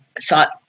thought